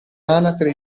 anatre